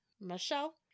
Michelle